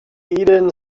eden